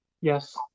Yes